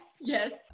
yes